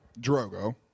Drogo